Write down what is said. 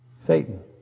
Satan